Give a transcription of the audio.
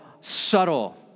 subtle